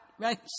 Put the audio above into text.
Right